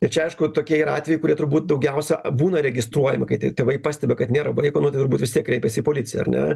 tai čia aišku tokie atvejai kurie turbūt daugiausia būna registruojami kai tėvai pastebi kad nėra vaiko nu tai turbūt vistiek kreipiasi į policiją ar ne